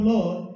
Lord